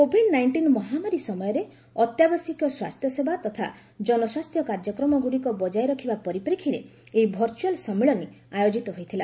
Covid ନାଇକ୍ଷିନ୍ ମହାମାରୀ ସମୟରେ ଅତ୍ୟାବଶ୍ୟକ ସ୍ୱାସ୍ଥ୍ୟସେବା ତଥା ଜନସ୍ୱାସ୍ଥ୍ୟ କାର୍ଯ୍ୟକ୍ରମଗୁଡ଼ିକ ବଜାୟ ରଖିବା ପରିପ୍ରେକ୍ଷୀରେ ଏହି ଭର୍ଚ୍ଚଆଲ୍ ସମ୍ମିଳନୀ ଆୟୋଜିତ ହୋଇଥିଲା